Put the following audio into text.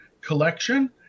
collection